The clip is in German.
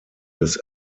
des